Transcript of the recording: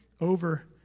over